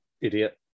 Idiot